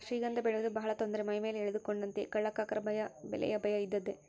ಶ್ರೀಗಂಧ ಬೆಳೆಯುವುದು ಬಹಳ ತೊಂದರೆ ಮೈಮೇಲೆ ಎಳೆದುಕೊಂಡಂತೆಯೇ ಕಳ್ಳಕಾಕರ ಭಯ ಬೆಲೆಯ ಭಯ ಇದ್ದದ್ದೇ